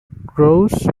grosse